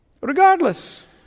Regardless